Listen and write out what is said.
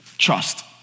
Trust